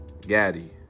Gaddy